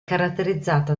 caratterizzata